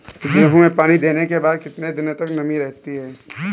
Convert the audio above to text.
गेहूँ में पानी देने के बाद कितने दिनो तक नमी रहती है?